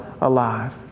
alive